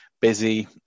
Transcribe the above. busy